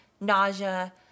nausea